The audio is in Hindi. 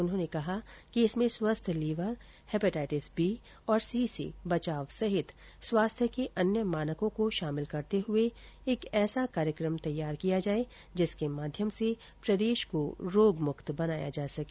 उन्होंने कहा कि इसमें स्वस्थ लीवर हिपेटाइटिस बी और सी से बचाव सहित स्वास्थ्य के अन्य मानकों को शामिल करते हुए एक ऐसा कार्यक्रम तैयार किया जाये जिसके माध्यम से प्रदेश को रोग मुक्त बनाया जा सके